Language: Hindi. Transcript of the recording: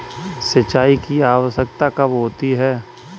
सिंचाई की आवश्यकता कब होती है?